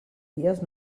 dies